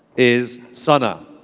is sana.